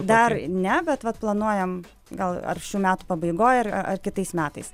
dar ne bet vat planuojam gal ar šių metų pabaigoj ar ar kitais metais